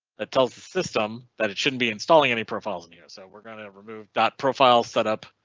that tells the system that it shouldn't be installing any profiles in here. so we're going to remove dot profile setup.